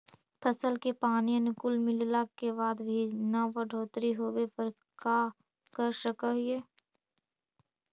फसल के पानी अनुकुल मिलला के बाद भी न बढ़ोतरी होवे पर का कर सक हिय?